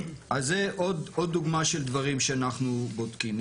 אז זה עוד דוגמה של דברים שאנחנו בודקים.